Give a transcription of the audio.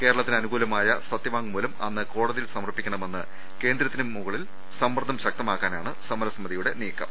കേരള ത്തിനനുകൂലമായ സത്യവാങ്മൂലം അന്ന് കോടതിയിൽ സമർപ്പിക്ക ണമെന്ന് കേന്ദ്രത്തിന് മുകളിൽ സമ്മർദ്ദം ശക്തമാക്കാനാണ് സമരസ മിതിയുടെ നീക്കം